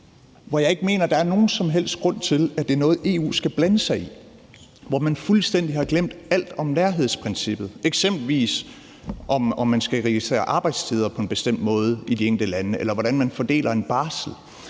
som jeg ikke mener der er nogen som helst grund til er noget i EU skal blande sig i, og hvor man fuldstændig har glemt alt om nærhedsprincippet, eksempelvis om man skal registrere arbejdstider på en bestemt måde i de enkelte lande, eller hvordan man fordeler en barsel.